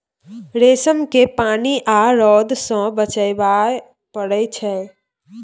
रेशम केँ पानि आ रौद सँ बचाबय पड़इ छै